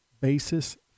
basis